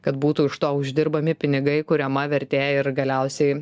kad būtų iš to uždirbami pinigai kuriama vertė ir galiausiai